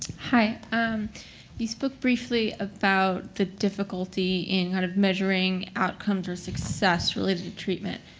hi. and you spoke briefly about the difficulty in kind of measuring outcomes for success related treatment.